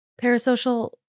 parasocial